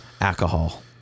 Alcohol